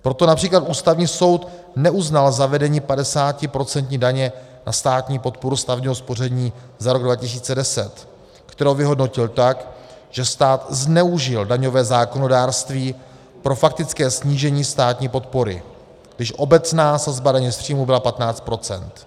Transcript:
Proto například Ústavní soud neuznal zavedení padesátiprocentní daně na státní podporu stavebního spoření za rok 2010, kterou vyhodnotil tak, že stát zneužil daňové zákonodárství pro faktické snížení státní podpory, když obecná sazba daně z příjmu byla 15 %.